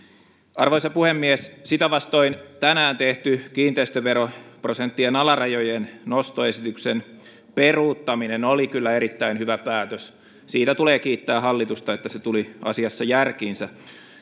arvoisa puhemies sitä vastoin tänään tehty kiinteistöveroprosenttien alarajojen nostoesityksen peruuttaminen oli kyllä erittäin hyvä päätös siitä tulee kiittää hallitusta että se tuli asiassa järkiinsä